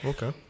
Okay